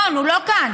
נכון, הוא לא כאן.